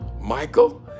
Michael